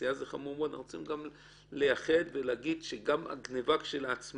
נשיאה זה חמור מאוד אבל אנחנו רוצים לייחד ולהגיד שגם הגניבה כשלעצמה,